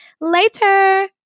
Later